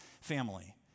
family